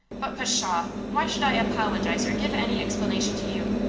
but, pshaw! why should i apologize or give any explanation to you?